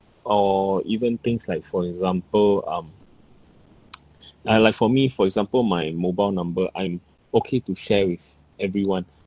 or even things like for example um uh like for me for example my mobile number I'm okay to share with everyone